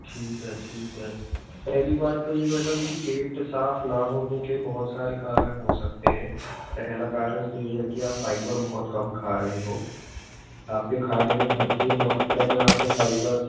ठीक है ठीक है पहली बात तो ये मैडम कि पेट साफ़ ना होने के बहुत सारे कारण हो सकते हैं पहला कारण तो ये है कि आप फ़ाइबर बहुत कम खा रहे हो आपके खाने में भरपूर मात्रा में आपने फ़ाइबर